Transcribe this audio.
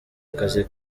akazi